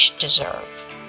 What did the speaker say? deserve